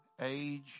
age